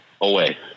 away